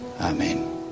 Amen